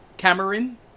Cameron